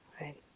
right